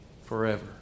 forever